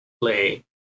play